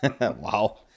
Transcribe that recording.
Wow